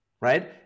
right